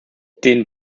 den